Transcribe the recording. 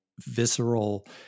visceral